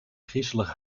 griezelig